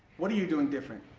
what are you doing different?